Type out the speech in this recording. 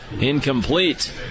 Incomplete